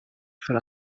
för